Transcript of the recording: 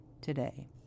today